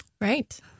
right